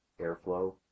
airflow